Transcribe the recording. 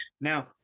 Now